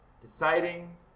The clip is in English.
deciding